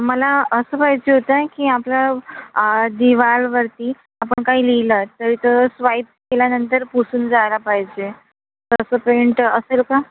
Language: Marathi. मला असं पाहिजे होतं की आपलं दिवारवरती आपण काही लिहिलं तर इथे स्वाईप केल्यानंतर पुसून जायला पाहिजे तसं पेंट असेल का